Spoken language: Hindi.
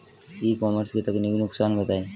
ई कॉमर्स के तकनीकी नुकसान बताएं?